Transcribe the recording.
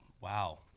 Wow